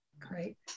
Great